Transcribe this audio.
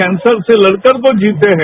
cancer से लड़कर वो जीते हैं